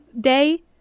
day